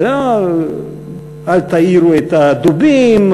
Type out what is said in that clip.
אל תעירו את הדובים,